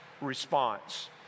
response